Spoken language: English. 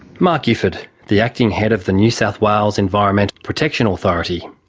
mark gifford, the acting head of the new south wales environmental protection authority.